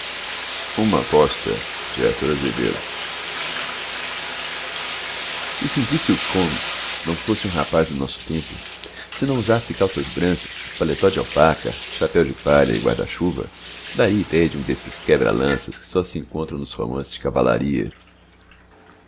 de família se o simplício comes não fosse um rapaz do nosso tempo se não usasse calças brancas paletó de alpaca chapéu de palha e guarda-chuva daria idéia de um desses quebra lanças que só se encontram nos romances de cavalaria